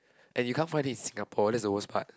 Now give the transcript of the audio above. and you can't find it in Singapore that's the worst part